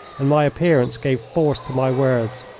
and my appearance gave force to my words.